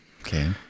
Okay